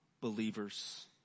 believers